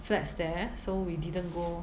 flats there so we didn't go